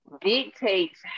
dictates